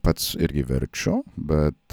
pats irgi verčiu bet